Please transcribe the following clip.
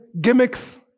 gimmicks